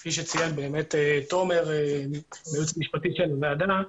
כפי שציין תומר היועץ המשפטי לוועדה,